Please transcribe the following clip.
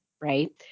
right